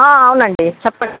అవునండీ చెప్పండి